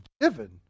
given